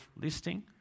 listing